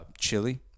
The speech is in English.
chili